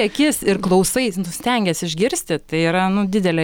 į akis ir klausais stengies išgirsti tai yra nu didelė